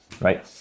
right